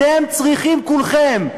אתם צריכים כולכם,